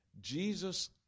Jesus